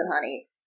honey